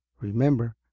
Remember